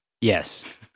Yes